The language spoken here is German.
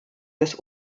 des